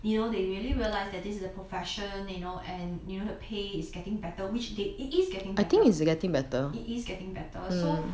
you know they really realise that this is the profession you know and you know the pay is getting better which they it is getting I think is getting better it is getting better so